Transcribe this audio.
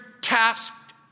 tasked